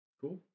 Cool